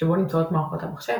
שבו נמצאות מערכות המחשב,